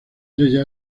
ella